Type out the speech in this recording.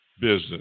business